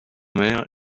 maire